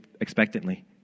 expectantly